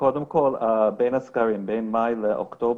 קודם כול, בין הסגרים, בין מאי לאוקטובר,